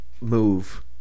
move